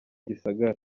gisagara